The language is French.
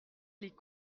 les